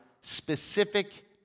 specific